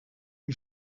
une